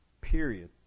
period